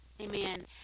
Amen